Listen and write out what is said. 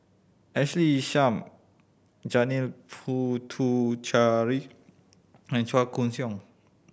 Ashley Isham Janil Puthucheary and Chua Koon Siong